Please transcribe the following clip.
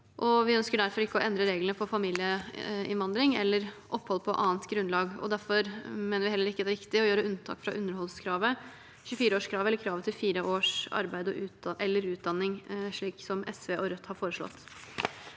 Vi ønsker derfor ikke å endre reglene for familieinnvandring eller opphold på annet grunnlag. Derfor mener vi heller ikke det er riktig å gjøre unntak fra underholdskravet, 24-årskravet eller kravet til fire års arbeid eller utdanning, slik SV og Rødt har foreslått.